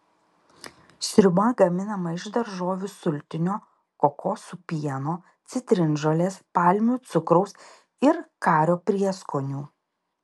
sriuba gaminama iš daržovių sultinio kokosų pieno citrinžolės palmių cukraus ir kario prieskonių